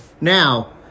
now